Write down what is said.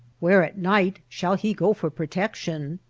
where at night shall he go for protection?